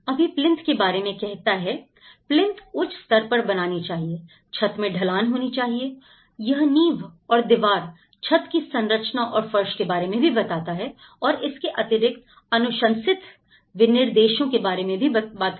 अभी प्लिंथ के बारे में कहता है प्लिंथ उच्च स्तर पर बनानी चाहिए छत में ढलान होनी चाहिए यह नींव और दीवार छत की संरचना और फर्श के बारे में भी बताता है और इसके अतिरिक्त अनुशंसित विनिर्देशों के बारे में बात करता है